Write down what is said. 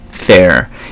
fair